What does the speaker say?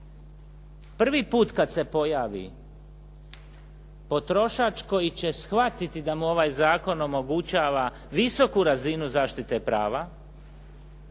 prvi puta kada se pojavi, potrošač koji će shvatiti da mu ovaj zakon omogućava visoku razinu zaštite prava,